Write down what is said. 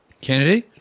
Kennedy